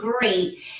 great